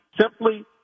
Simply